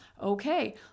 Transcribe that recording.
Okay